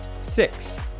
six